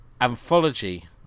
anthology